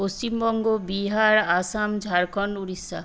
Paschimbanga Bihar Assam Jharkhand Orissa